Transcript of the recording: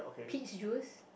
peach juice